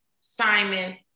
Simon